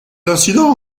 incident